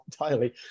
entirely